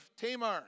Tamar